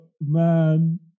man